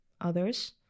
others